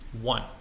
one